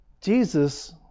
Jesus